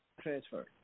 transfer